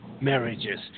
marriages